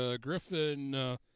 Griffin